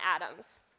atoms